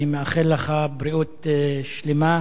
אני מאחל לך בריאות שלמה,